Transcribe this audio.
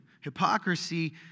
Hypocrisy